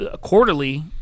quarterly